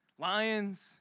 lions